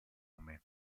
nome